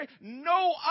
No